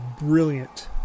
brilliant